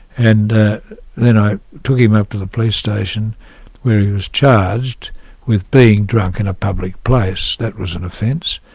and then i took him up to the police station where he was charged with being drunk in a public place. that was an offence.